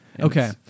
Okay